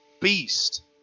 beast